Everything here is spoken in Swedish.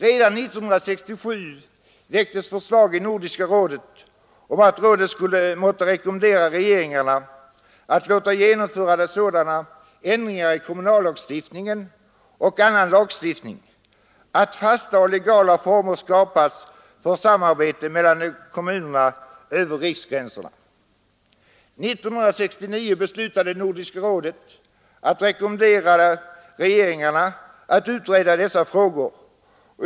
Redan 1967 väcktes förslag i Nordiska rådet om att rådet måtte rekommendera regeringarna att låta genomföra sådana ändringar i kommunallagstiftningen och annan lagstiftning att fasta och legala former skapades för samarbete mellan kommuner över riksgränserna. År 1969 beslutade Nordiska rådet att rekommendera regeringarna att utreda denna fråga.